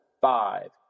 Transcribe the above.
five